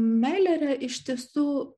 meilė yra iš tiesų